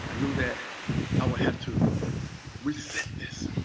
and know that i will have to reset this.